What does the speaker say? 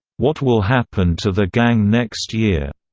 what will happen to the gang next year.